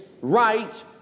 right